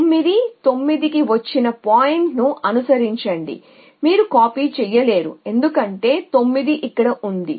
9 9 కి వచ్చిన పాయింట్ను అనుసరించండి మీరు కాపీ చేయలేరు ఎందుకంటే 9 ఇక్కడ ఉంది